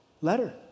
letter